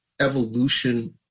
evolution